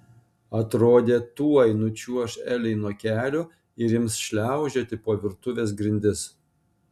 atrodė tuoj nučiuoš elei nuo kelių ir ims šliaužioti po virtuvės grindis